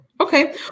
okay